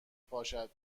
پاشد